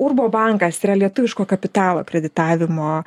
urbo bankas yra lietuviško kapitalo kreditavimo